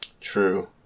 True